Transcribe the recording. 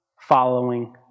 following